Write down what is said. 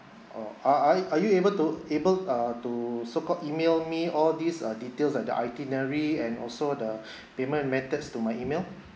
oh are are y~ are you able to able uh to so called email me all these uh details and the itinerary and also the payment methods to my email